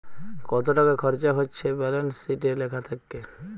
কত টাকা খরচা হচ্যে ব্যালান্স শিটে লেখা থাক্যে